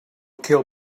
kill